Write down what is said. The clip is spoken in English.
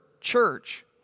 church